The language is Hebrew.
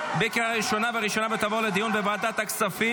להשגת יעדי התקציב לשנת התקציב 2025) (הקפאת עדכוני מס ומס יסף),